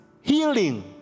healing